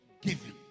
Given